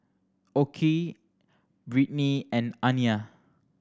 Okey Brittnee and Aniya